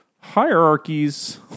hierarchies